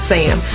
Sam